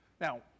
now